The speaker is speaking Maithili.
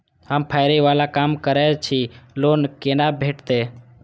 हम फैरी बाला काम करै छी लोन कैना भेटते?